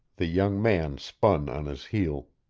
the young man spun on his heel.